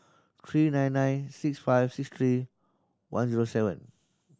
three nine nine six five six three one zero seven